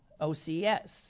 ocs